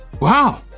Wow